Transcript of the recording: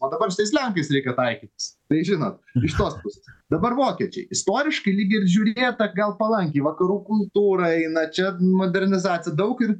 o dabar su tais lenkais reikia taikytis tai žinot iš tos pusės dabar vokiečiai istoriškai lyg ir žiūrėta gal palankiai vakarų kultūrą eina čia modernizacija daug ir